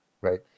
right